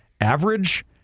average